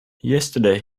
yesterday